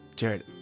Jared